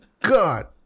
God